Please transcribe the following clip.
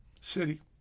City